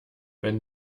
wenn